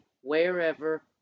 wherever